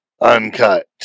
Uncut